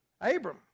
Abram